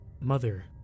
mother